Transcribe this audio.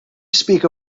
speak